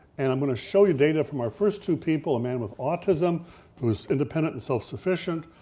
and i'm gonna show you data from our first two people, a man with autism who is independent and self sufficient,